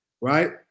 right